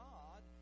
God